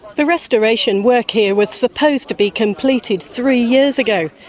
the restoration work here was supposed to be completed three years ago.